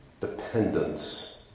dependence